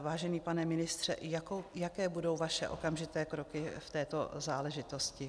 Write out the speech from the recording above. Vážený pane ministře, jaké budou vaše okamžité kroky v této záležitosti?